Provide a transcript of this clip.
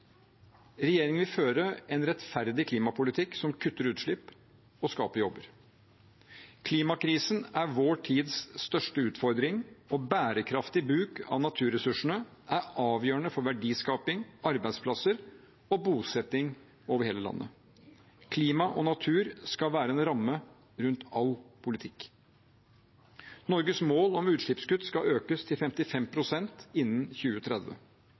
Regjeringen vil føre en rettferdig klimapolitikk som kutter utslipp og skaper jobber. Klimakrisen er vår tids største utfordring, og bærekraftig bruk av naturressursene er avgjørende for verdiskaping, arbeidsplasser og bosetting over hele landet. Klima og natur skal være en ramme rundt all politikk. Norges mål om utslippskutt skal økes til 55 pst. innen 2030.